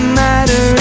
matter